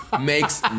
makes